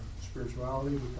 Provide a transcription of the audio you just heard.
spirituality